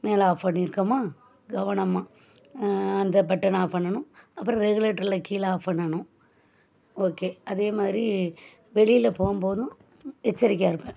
மேலே ஆஃப் பண்ணிருக்கோமா கவனமாக அந்த பட்டனை ஆஃப் பண்ணணும் அப்புறம் ரெகுலேட்ரில் கீழே ஆஃப் பண்ணணும் ஓகே அதேமாதிரி வெளியில் போகும்போதும் எச்சரிக்கையாக இருப்பேன்